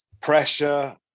pressure